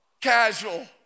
casual